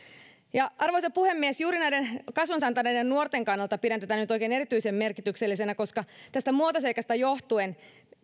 arvoisa puhemies juuri näiden kasvonsa antaneiden nuorten kannalta pidän tätä nyt oikein erityisen merkityksellisenä koska tästä muotoseikasta johtuen